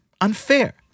unfair